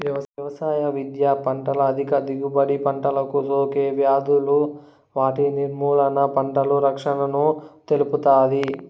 వ్యవసాయ విద్య పంటల అధిక దిగుబడి, పంటలకు సోకే వ్యాధులు వాటి నిర్మూలన, పంటల రక్షణను తెలుపుతాది